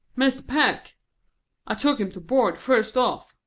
mr. peck i took him to board, first off.